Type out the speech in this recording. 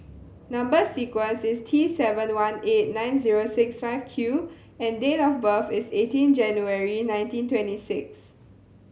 number sequence is T seven one eight nine zero six five Q and date of birth is eighteen January nineteen twenty six